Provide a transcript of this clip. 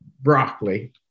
broccoli